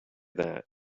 that